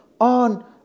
on